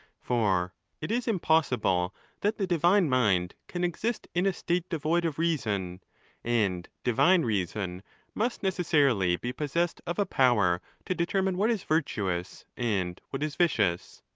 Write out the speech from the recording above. for it is impossible that the divine mind can exist in a state devoid of reason and divine reason must necessarily be pos sessed of a power to determine what is virtuous and what is vicious.